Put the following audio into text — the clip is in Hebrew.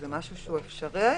זה משהו שהוא אפשרי?